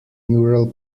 neural